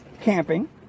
camping